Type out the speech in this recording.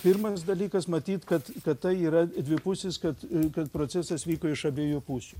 pirmas dalykas matyt kad kad tai yra dvipusis kad kad procesas vyko iš abiejų pusių